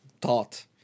thought